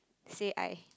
say I